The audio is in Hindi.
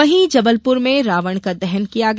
वही जबलपुर में रावण का दहन किया गया